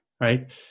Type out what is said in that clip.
Right